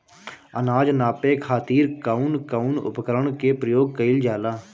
अनाज नापे खातीर कउन कउन उपकरण के प्रयोग कइल जाला?